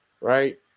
right